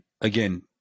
again